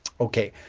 okay,